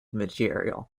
material